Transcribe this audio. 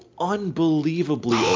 unbelievably